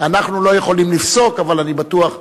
אנחנו לא יכולים לפסוק אבל אני בטוח ש,